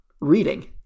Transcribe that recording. reading